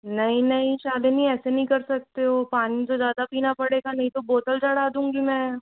नहीं नहीं शालिनी ऐसे नहीं कर सकते हो पानी तो ज़्यादा पीना पड़ेगा नहीं तो बोतल चढ़ा दूंगी मैं